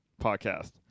podcast